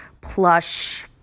plush